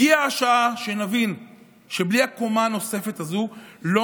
הגיעה השעה שנבין שבלי הקומה הנוספת הזו לא